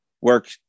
work